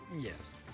Yes